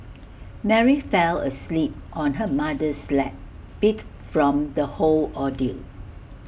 Mary fell asleep on her mother's lap beat from the whole ordeal